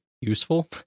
useful